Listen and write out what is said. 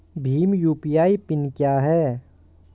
Bhim UPI PIN क्या है?